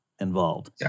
involved